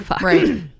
Right